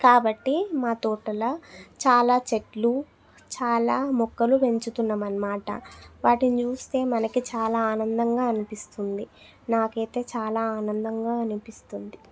కాబట్టి మా తోటలో చాలా చెట్లు చాలా మొక్కలు పెంచుతున్నాం అన్నమాట వాటిని చూస్తే మనకి చాలా ఆనందంగా అనిపిస్తుంది నాకైతే చాలా ఆనందంగా అనిపిస్తుంది